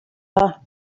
her